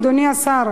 אדוני השר,